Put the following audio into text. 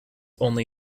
only